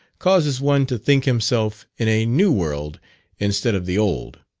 causes one to think himself in a new world instead of the old.